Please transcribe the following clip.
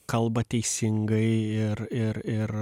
kalba teisingai ir ir ir